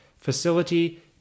facility